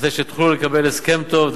כדי שתוכלו לקבל הסכם טוב.